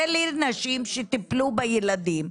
אלה נשים שטיפלו בילדים.